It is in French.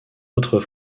autre